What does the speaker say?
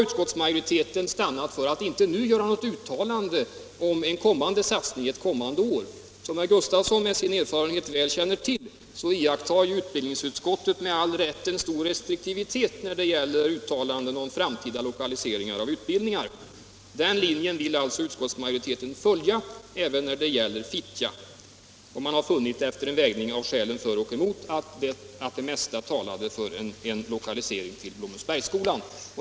Utskottsmajoriteten har då stannat vid att inte nu göra något uttalande om en satsning ett kommande år. Såsom herr Gustafsson i Barkarby med sin erfarenhet väl känner till iakttar utbildningsutskottet med all rätt stor restriktivitet när det gäller uttalanden om framtida lokaliseringar av utbildningar. Den linjen vill utskottsmajoriteten följa även när det gäller Fittja. Efter en vägning av skälen för och emot har man funnit att det mesta talade för en lokalisering till Blommensbergsskolan.